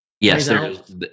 Yes